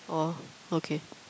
oh okay